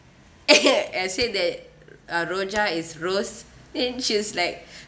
and I saiy that uh rojak is rose and she's like